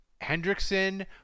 Hendrickson